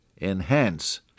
enhance